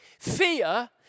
Fear